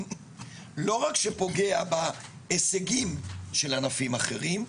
לא רק שפוגע בהישגים של ענפים אחרים,